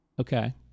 Okay